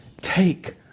take